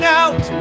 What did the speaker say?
out